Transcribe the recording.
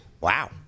Wow